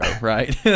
right